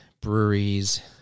breweries